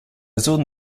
zone